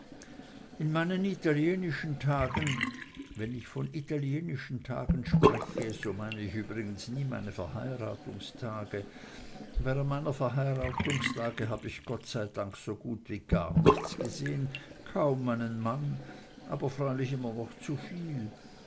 in meinen italienischen tagen wenn ich von italienischen tagen spreche so meine ich übrigens nie meine verheiratungstage während meiner verheiratungstage hab ich gott sei dank so gut wie gar nichts gesehn kaum meinen mann aber freilich immer noch zuviel